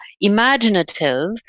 imaginative